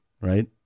right